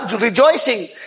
rejoicing